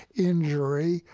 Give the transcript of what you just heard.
injury,